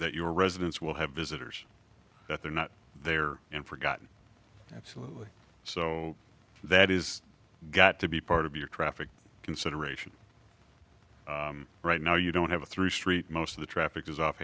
that your residents will have visitors that they're not there and forgotten absolutely so that is got to be part of your traffic consideration right now you don't have a through street most of the traffic is off